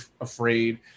afraid